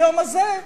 ביום הזה,